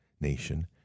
Nation